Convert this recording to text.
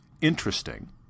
interesting